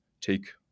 take